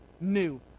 new